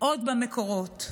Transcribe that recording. עוד במקורות,